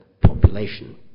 population